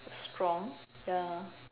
strong ya